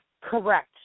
correct